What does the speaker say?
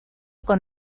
con